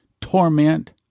torment